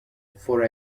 for